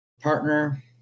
partner